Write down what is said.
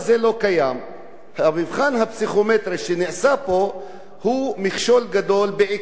המבחן הפסיכומטרי שנעשה פה הוא מכשול גדול בעיקר לילדים,